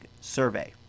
survey